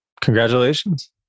congratulations